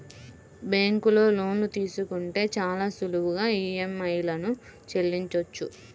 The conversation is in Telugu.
బ్యేంకులో లోన్లు తీసుకుంటే చాలా సులువుగా ఈఎంఐలను చెల్లించొచ్చు